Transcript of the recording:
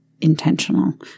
intentional